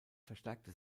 verstärkte